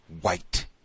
white